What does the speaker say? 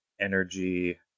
energy